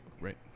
Right